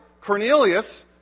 Cornelius